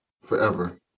forever